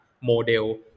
Model